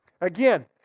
Again